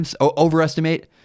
overestimate